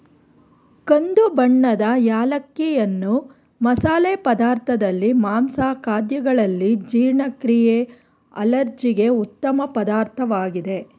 ಕಂದು ಬಣ್ಣದ ಏಲಕ್ಕಿಯನ್ನು ಮಸಾಲೆ ಪದಾರ್ಥದಲ್ಲಿ, ಮಾಂಸ ಖಾದ್ಯಗಳಲ್ಲಿ, ಜೀರ್ಣಕ್ರಿಯೆ ಅಲರ್ಜಿಗೆ ಉತ್ತಮ ಪದಾರ್ಥವಾಗಿದೆ